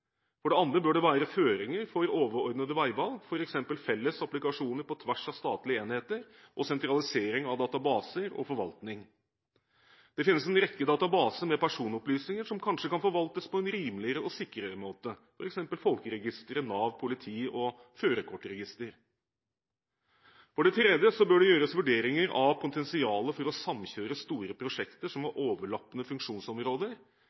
For det andre bør det være føringer for overordnede veivalg, f.eks. felles applikasjoner på tvers av statlige enheter og sentralisering av databaser og forvaltning. Det finnes en rekke databaser med personopplysninger som kanskje kan forvaltes på en rimeligere og sikrere måte, f.eks. folkeregisteret, Nav, politiet og førerkortregisteret. For det tredje bør det gjøres vurderinger av potensialet for å samkjøre store prosjekter som har overlappende funksjonsområder